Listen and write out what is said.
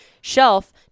shelf